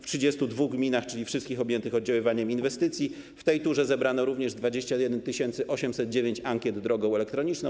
W 32 gminach, czyli we wszystkich objętych oddziaływaniem inwestycji, w tej turze zebrano również 21 809 ankiet drogą elektroniczną.